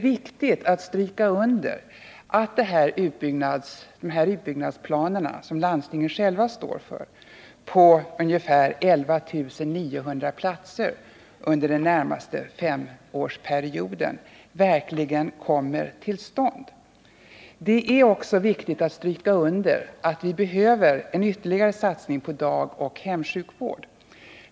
Jag vill stryka under att det är viktigt att dessa utbyggnadsplaner, som landstingen själva står för och som avser ungefär 11 900 vårdplatser under den närmaste femårsperioden, också förverkligas. Jag vill också stryka under att vi behöver en ytterligare satsning på dagoch hemsjukvård.